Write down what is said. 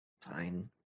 Fine